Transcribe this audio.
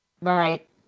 Right